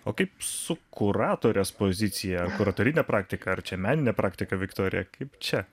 o kaip su kuratorės pozicija ar kuratorinė praktika ar čia meninė praktika viktorija kaip čia